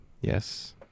Yes